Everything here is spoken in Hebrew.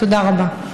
תודה רבה.